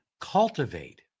cultivate